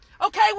Okay